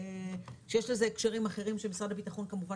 שיש לזה הקשרים אחרים שמשרד הביטחון כמובן